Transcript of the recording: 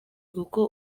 kuko